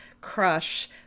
crush